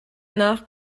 nach